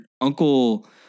Uncle